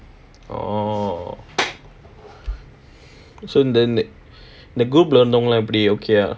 orh so then the group lah இருந்தவங்க எல்லாம் எப்படி:irunthawanga ellam eppdi pretty okay ah